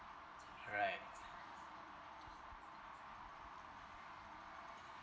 right